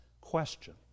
question